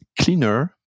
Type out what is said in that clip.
cleaner